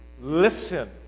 listen